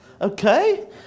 Okay